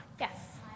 yes